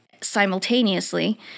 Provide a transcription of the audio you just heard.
simultaneously